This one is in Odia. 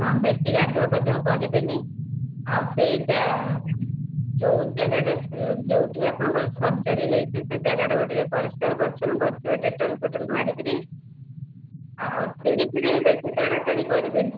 ହଁ ବେଶି ଗାଧୁଆ ପାଧୁଆ କରିବେନି ଆଉ ସେଇ ଯେଉଁ ଜାଗା ଟା ଯେଉଁଠି ଆପଣଙ୍କର ସର୍ଜରୀ ହେଇଛି ସେ ଜାଗାଟାକୁ ଟିକେ ପରିଷ୍କାର ପରିଛନ୍ନ କରୁଥିବେ ଡେଟଲ ଫେଟଲ ମାରିକିରି ଆଉ ଶିଢ଼ିଫିଢ଼ି ବେଶି ଚଢ଼ାଚଢି କରିବେନି